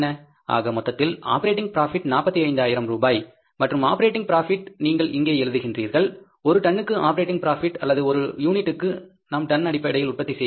ஆக மொத்தத்தில் operating profit 45000 ரூபாய் மற்றும் ஆப்பரேட்டிங் ப்ராபிட் நீங்கள் இங்கே எழுதுகிறீர்கள் ஒரு டன்னுக்கு ஆப்பரேட்டிங் ப்ராபிட் அல்லது ஒரு யூனிட்டுக்கு நாம் டன் அடிப்படையில் உற்பத்தி செய்கிறோம்